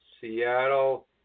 Seattle